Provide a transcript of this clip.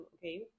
okay